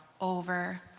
over